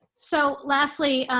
so lastly,